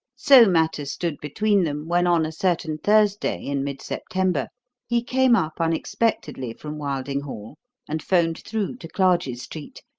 so matters stood between them when on a certain thursday in mid september he came up unexpectedly from wilding hall and phoned through to clarges street,